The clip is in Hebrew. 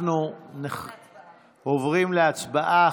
אנחנו עוברים להצבעה.